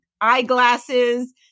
eyeglasses